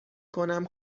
کنم